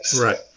Right